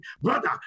brother